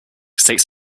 six